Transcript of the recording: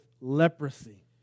leprosy